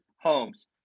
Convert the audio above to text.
homes